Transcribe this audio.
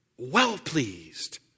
well-pleased